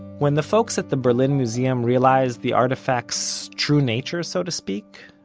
when the folks at the berlin museum realized the artifact's true nature, so to speak,